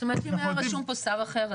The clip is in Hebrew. זאת אומרת שאם היה רשום פה שר אחר,